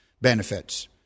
benefits